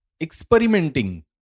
experimenting